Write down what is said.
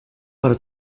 para